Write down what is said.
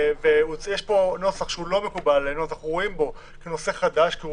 יש פה נוסח שהוא לא מקובל עלינו ואנחנו רואים בו כנושא חדש כי הוא